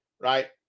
right